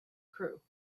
crew